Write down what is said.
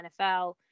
NFL